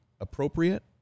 appropriate